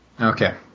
Okay